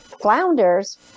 flounders